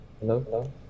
Hello